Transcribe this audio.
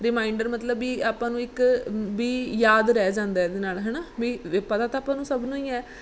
reminder ਮਤਲਬ ਵੀ ਆਪਾਂ ਨੂੰ ਇੱਕ ਵੀ ਯਾਦ ਰਹਿ ਜਾਂਦਾ ਇਹਦੇ ਨਾਲ ਹੈ ਨਾ ਵੀ ਪਤਾ ਤਾਂ ਆਪਾਂ ਨੂੰ ਸਭ ਨੂੰ ਹੀ ਹੈ